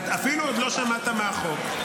אפילו עוד לא שמעת מה החוק.